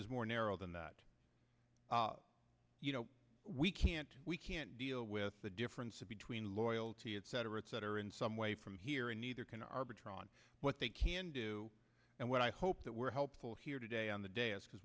is more narrow than that you know we can't we can't deal with the differences between loyalty etc etc in some way from here and neither can arbitron what they can do and what i hope that we're helpful here today on the day is because